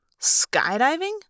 Skydiving